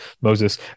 Moses